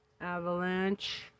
avalanche